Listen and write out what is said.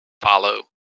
Follow